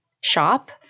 shop